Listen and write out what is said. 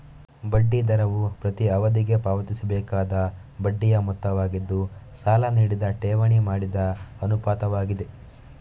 ಬಡ್ಡಿ ದರವು ಪ್ರತಿ ಅವಧಿಗೆ ಪಾವತಿಸಬೇಕಾದ ಬಡ್ಡಿಯ ಮೊತ್ತವಾಗಿದ್ದು, ಸಾಲ ನೀಡಿದ ಠೇವಣಿ ಮಾಡಿದ ಅನುಪಾತವಾಗಿದೆ